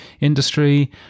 industry